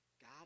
God